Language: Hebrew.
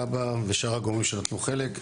כב"ה ושאר הגורמים שנטלו חלק.